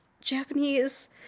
Japanese